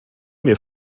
mir